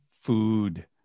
food